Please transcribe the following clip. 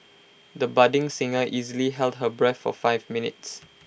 the budding singer easily held her breath for five minutes